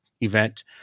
event